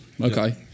Okay